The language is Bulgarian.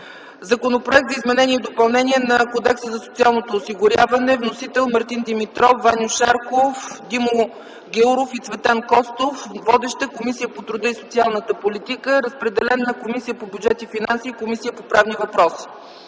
Законопроект за изменение и допълнение на Кодекса за социалното осигуряване. Вносител – Мартин Димитров, Ваньо Шарков, Димо Гяуров и Цветан Костов. Водеща – Комисия по труда и социалната политика. Разпределен на Комисия по бюджет и финанси и Комисия по правни въпроси;